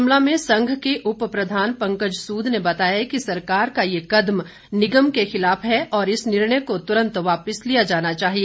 शिमला में संघ के उपप्रधान पंकज सूद ने बताया कि सरकार का ये कदम निगम के खिलाफ है और इस निर्णय को तुरंत वापिस लिया जाना चाहिए